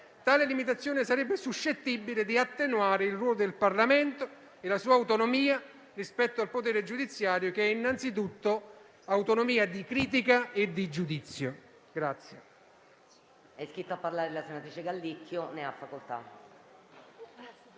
tale limitazione sarebbe suscettibile di attenuare il ruolo del Parlamento e la sua autonomia rispetto al potere giudiziario, che è innanzitutto autonomia di critica e di giudizio.